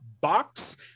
box